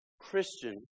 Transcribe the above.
Christian